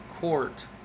Court